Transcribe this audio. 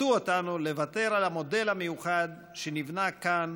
יפתו אותנו לוותר על המודל המיוחד שנבנה כאן